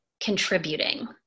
Contributing